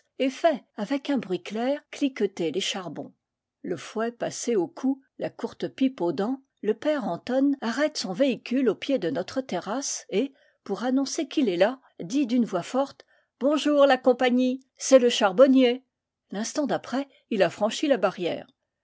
et fait avec un bruit clair clique ter les charbons le fouet passé au cou la courte pipe aux dents le père antôn arrête son véhicule au pied de notre terrasse et pour annoncer qu'il est là dit d'une voix forte bonjour la compagnie c'est le charbonnier l'instant d'après il a franchi la barrière